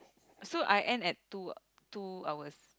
so I end at two uh two hours